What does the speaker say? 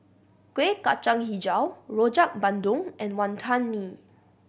Kuih Kacang Hijau Rojak Bandung and Wonton Mee